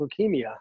leukemia